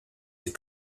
des